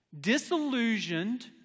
disillusioned